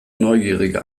neugierige